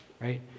right